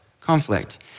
conflict